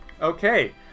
Okay